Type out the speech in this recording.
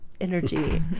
energy